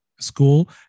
school